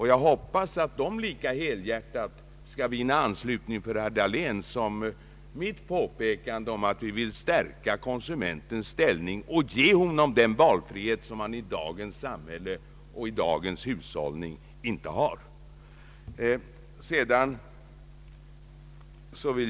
Jag hoppas att de lika helhjärtat skall vinna anslutning hos herr Dahlén som mitt påpekande om att vi vill stärka konsumentens ställning och ge honom den valfrihet som han i dagens samhälle och i dagens hushållning inte har.